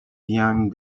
behind